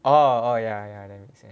oh oh ya ya then he say